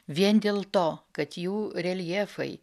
vien dėl to kad jų reljefai